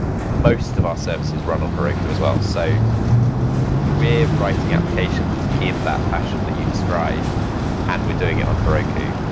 most of our services run on heroku as well. so we're writing applications in that fashion that you described and we're doing it on heroku.